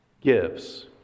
gives